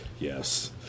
Yes